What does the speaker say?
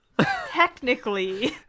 technically